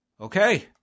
okay